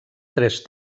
tres